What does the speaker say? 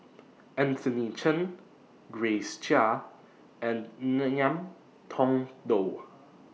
Anthony Chen Grace Chia and Ngiam Tong Dow